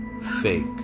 fake